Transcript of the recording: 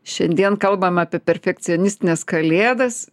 šiandien kalbam apie perfekcionistines kalėdas